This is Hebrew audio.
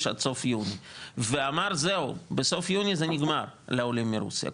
עד סוף יוני ואמר שזהו בסוף יוני זה נגמר לעולים מרוסיה,